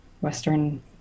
Western